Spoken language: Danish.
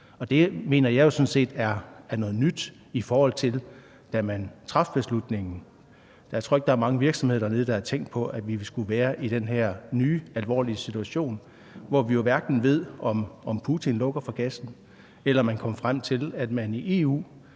jo sådan set er noget nyt, i forhold til da man traf beslutningen. Jeg tror ikke, at der er mange virksomheder dernede, der havde tænkt på, at vi skulle være i den her nye alvorlige situation, hvor vi hverken ved, om Putin lukker for gassen, eller om man kommer frem til at blive